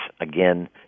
again